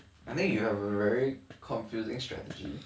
I think you have a very confusing strategy